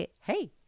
Hey